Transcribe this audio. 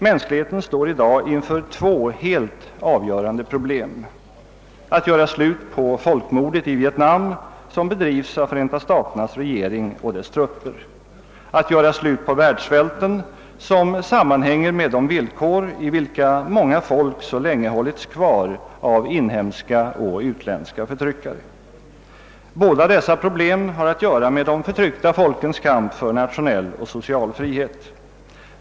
Mänskligheten står i dag inför två helt avgörande problem: att göra slut på folkmordet i Vietnam, som bedrivs av Förenta staternas regering och dess trupper, och att göra slut på världssvälten, som sammanhänger med de villkor, i vilka många folk så länge hållits kvar av inhemska och utländska förtryckare. Båda dessa problem har att göra med de förtryckta folkens kamp för nationell och social frihet.